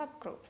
subgroups